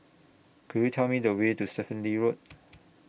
Could YOU Tell Me The Way to Stephen Lee Road